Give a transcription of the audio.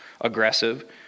aggressive